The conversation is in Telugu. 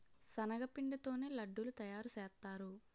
శనగపిండి తోనే లడ్డూలు తయారుసేత్తారు